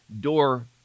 door